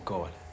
God